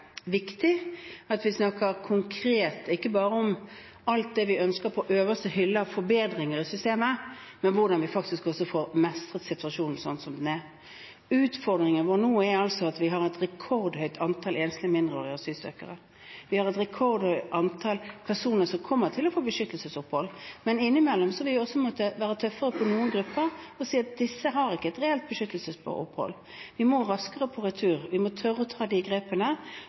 at vi snakker konkret ikke bare om alt det vi ønsker på øverste hylle av forbedringer i systemet, men om hvordan vi faktisk også mestrer situasjonen sånn som den er. Utfordringen vår nå er at vi har et rekordhøyt antall enslige mindreårige asylsøkere. Vi har et rekordhøyt antall personer som kommer til å få beskyttelse og opphold. Men innimellom vil vi også måtte være tøffere overfor noen grupper og si at disse har ikke et reelt beskyttelsesbehov. Vi må bli raskere på retur. Vi må tørre å ta de grepene,